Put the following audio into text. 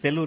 Sellur